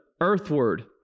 earthward